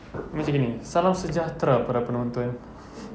macam gini salam sejahtera para penonton